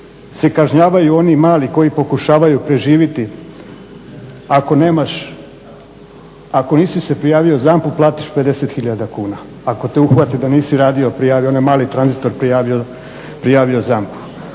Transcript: se kažnjavaju oni mali koji pokušavaju preživiti, ako nemaš, ako nisi se prijavio za Zampu, platiš 50 hiljada kuna, ako te uhvate da nisi radio prijavio, onaj mali tranzitor prijavio Zampu.